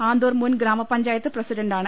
ആന്തൂർ മുൻ ഗ്രാമപഞ്ചായത്ത് പ്രസിഡണ്ടാണ്